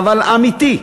אבל אמיתי,